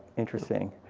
interesting.